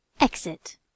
exit